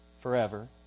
forever